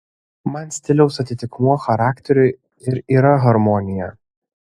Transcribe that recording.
man stiliaus atitikmuo charakteriui ir yra harmonija